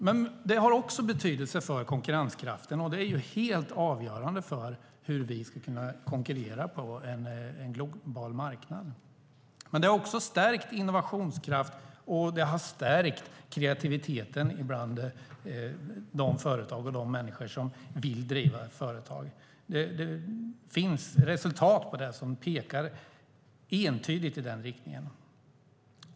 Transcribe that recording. Men det har också betydelse för konkurrenskraften, och det är helt avgörande för hur vi ska kunna konkurrera på en global marknad. Det har även stärkt innovationskraften, och det har stärkt kreativiteten bland företag och bland de människor som vill driva företag. Det finns resultat som pekar entydigt i den riktningen.